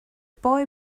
boy